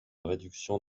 réduction